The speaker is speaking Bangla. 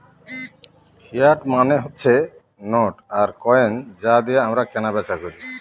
ফিয়াট মানে হচ্ছে নোট আর কয়েন যা দিয়ে আমরা কেনা বেচা করি